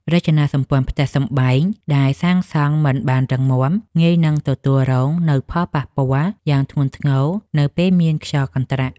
រចនាសម្ព័ន្ធផ្ទះសម្បែងដែលសាងសង់មិនបានរឹងមាំងាយនឹងទទួលរងនូវផលប៉ះពាល់យ៉ាងធ្ងន់ធ្ងរនៅពេលមានខ្យល់កន្ត្រាក់។